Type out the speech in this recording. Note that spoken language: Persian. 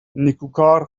نیکوکار